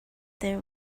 there